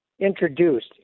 introduced